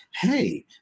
Hey